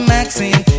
Maxine